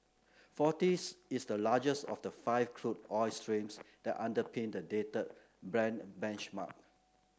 forties is the largest of the five crude oil streams that underpin the dated Brent benchmark